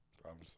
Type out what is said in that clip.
Problem